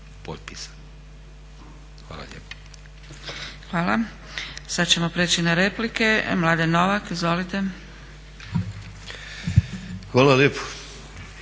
Hvala lijepo.